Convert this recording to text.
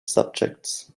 subjects